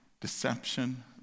deception